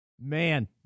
Man